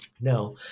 Now